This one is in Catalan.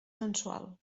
mensual